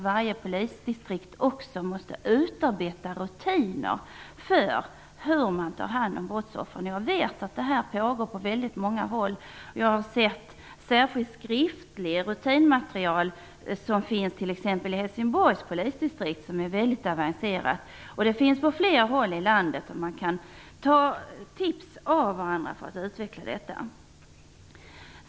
Varje polisdistrikt måste därför utarbeta rutiner för hur man tar hand om brottsoffer. Jag vet att det arbetet pågår på väldigt många håll. Jag har sett skriftligt material om rutiner från t.ex. Helsingborgs polisdistrikt som är mycket avancerat. Det finns också på fler håll i landet, och man kan få tips av varandra för att utveckla detta.